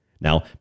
Now